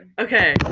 Okay